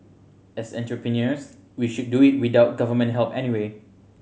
as entrepreneurs we should do it without Government help anyway